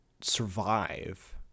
survive